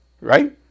right